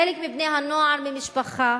חלק מבני-הנוער במשפחה,